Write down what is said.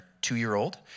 two-year-old